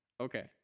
Okay